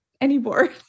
anymore